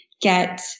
get